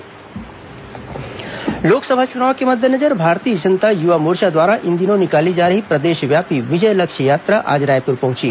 भाजयुमो विजय लक्ष्य यात्रा लोकसभा चुनाव के मद्देनजर भारतीय जनता युवा मोर्चा द्वारा इन दिनों निकाली जा रही प्रदेशव्यापी विजय लक्ष्य यात्रा आज रायपुर पहुंची